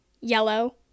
yellow